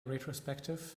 retrospective